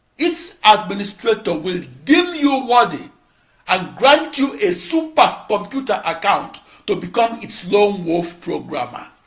its administrator will deem you worthy and grant you a supercomputer account to become its lone wolf programmer.